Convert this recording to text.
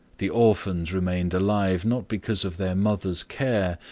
the orphans remained alive not because of their mother's care,